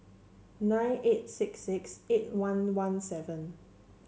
nine eight six six eight one one seven